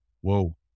Whoa